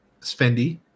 spendy